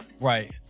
Right